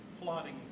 plotting